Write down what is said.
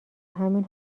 همین